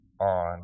on